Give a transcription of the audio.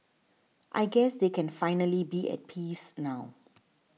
I guess they can finally be at peace now